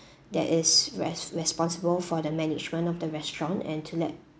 that is res~ responsible for the management of the restaurant and to let